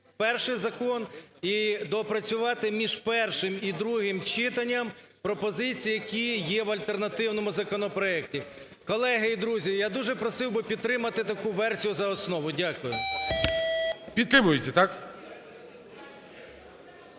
перший закон і доопрацювати між першим і другим читанням пропозиції, які є в альтернативному законопроекті. Колеги і друзі, я дуже просив би підтримати таку версію за основу. Дякую.